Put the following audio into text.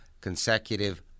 consecutive